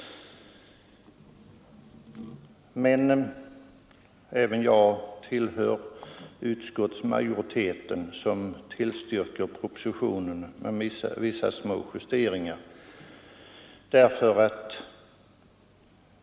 Men även jag tillhör utskottsmajoriteten, som tillstyrker propositionen med vissa små justeringar.